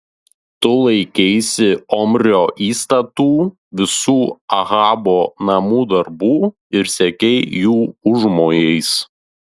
tu laikeisi omrio įstatų visų ahabo namų darbų ir sekei jų užmojais